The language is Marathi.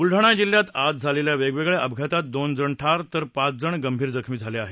बुलडाणा जिल्ह्यात आज झालेल्या वेगवेगळ्या अपघातात दोन जण ठार तर पाच जण गंभीर जखमी झाले आहेत